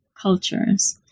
cultures